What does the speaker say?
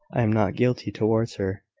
i am not guilty towards her,